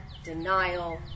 denial